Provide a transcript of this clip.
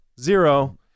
Zero